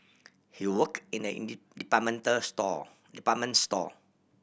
he work in a department store department store